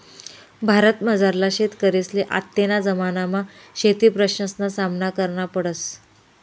भारतमझारला शेतकरीसले आत्तेना जमानामा शेतीप्रश्नसना सामना करना पडस